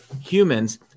humans